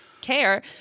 care